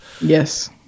Yes